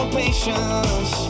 patience